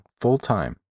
full-time